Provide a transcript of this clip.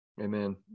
Amen